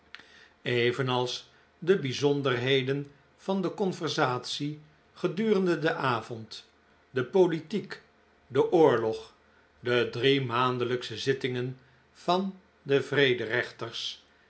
evenals de bijzonderheden van de conversatie gedurende den avond de politiek den oorlog de driemaandelijksche zittingen van de